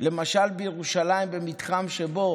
למשל בירושלים במתחם שבו